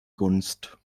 gunst